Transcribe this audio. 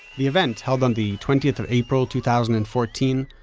the event, held on the twentieth of april, two thousand and fourteen,